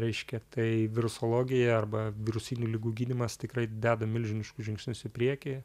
reiškia tai virusologija arba virusinių ligų gydymas tikrai deda milžiniškus žingsnius į priekį